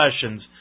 discussions